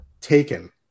Taken